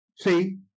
see